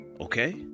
okay